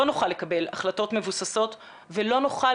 לא נוכל לקבל החלטות מבוססות ולא נוכל